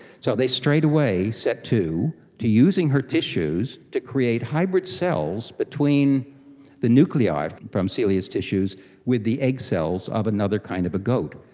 so they straightaway set to to using her tissues to create hybrid cells between the nuclei from celia's tissues with the egg cells of another kind of a goat,